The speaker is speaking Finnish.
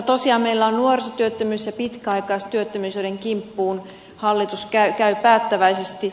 tosiaan meillä on nuorisotyöttömyys ja pitkäaikaistyöttömyys joiden kimppuun hallitus käy päättäväisesti